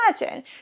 imagine